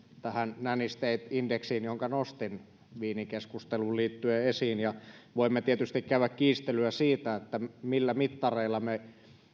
tähän nanny state indexiin jonka nostin viinikeskusteluun liittyen esiin voimme tietysti käydä kiistelyä siitä millä mittareilla me